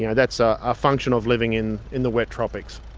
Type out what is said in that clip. yeah that's ah a function of living in in the wet tropics.